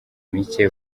micye